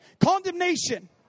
condemnation